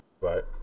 Right